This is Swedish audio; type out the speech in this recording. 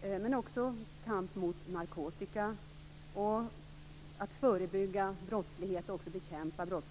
och det gäller också kampen mot narkotika och att förebygga och bekämpa brottslighet.